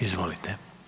Izvolite.